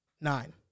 Nine